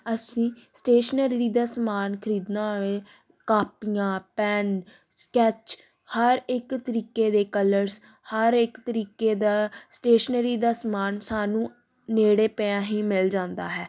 ਅਸੀਂ ਸਟੇਸ਼ਨਰੀ ਦਾ ਸਮਾਨ ਖਰੀਦਣਾ ਹੋਵੇ ਕਾਪੀਆਂ ਪੈਨ ਸਕੈਚ ਹਰ ਇੱਕ ਤਰੀਕੇ ਦੇ ਕਲਰਸ ਹਰ ਇੱਕ ਤਰੀਕੇ ਦਾ ਸਟੇਸ਼ਨਰੀ ਦਾ ਸਮਾਨ ਸਾਨੂੰ ਨੇੜੇ ਪਿਆ ਹੀ ਮਿਲ ਜਾਂਦਾ ਹੈ